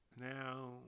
now